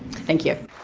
thank you.